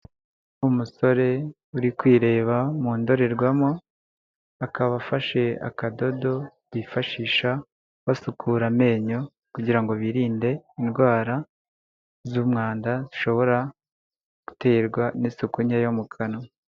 Umusore uri kwireba mu ndorerwamo akaba afashe akadodo bifashisha basukura amenyo kugirango ngo birinde indwara z'umwanda zishobora guterwa n'isuku nke yo mu kanwa.